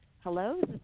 Hello